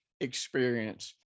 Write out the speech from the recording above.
experience